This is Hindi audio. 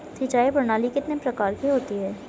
सिंचाई प्रणाली कितने प्रकार की होती हैं?